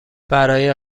برای